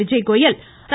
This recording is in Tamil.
விஜய்கோயல் ர